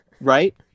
Right